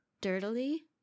dirtily